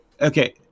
Okay